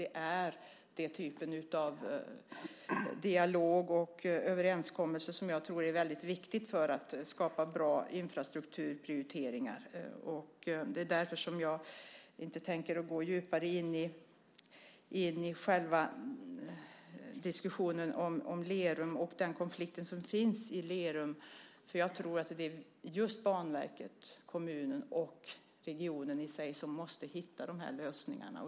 Det är den typ av dialog och överenskommelser som jag tror är väldigt viktiga för att skapa bra infrastrukturprioriteringar. Det är därför som jag inte tänker gå djupare in i själva diskussionen om Lerum och den konflikt som finns i Lerum, för jag tror att det är just Banverket, kommunen och regionen i sig som måste hitta de här lösningarna.